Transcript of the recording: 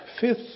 fifth